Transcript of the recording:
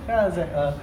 then I was like uh